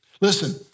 Listen